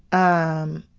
um,